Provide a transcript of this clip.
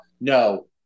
No